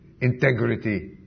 integrity